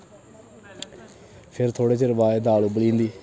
फिर थोह्ड़े चिरें बाद दाल उब्बली जंदी